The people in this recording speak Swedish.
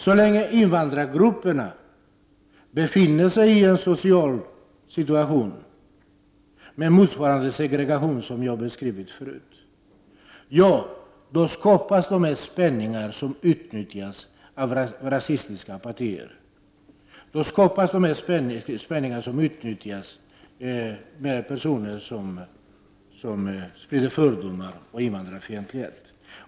Så länge invandrargrupperna befinner sig i en social situation med motsvarande segregation som jag har beskrivit tidigare, skapas de spänningar som utnyttjas av rasistiska partier. Det skapas spänningar som utnyttjas av personer som sprider fördomar och invandrarfientlighet.